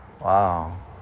Wow